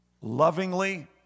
lovingly